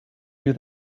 you